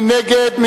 מי נגד?